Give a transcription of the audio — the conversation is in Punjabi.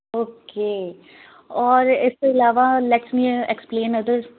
ਓਕੇ ਔਰ ਇਸ ਤੋਂ ਇਲਾਵਾ ਲੈਕਸ ਮੀ ਐਕਸਪਲੇਨ ਅਦਰਸ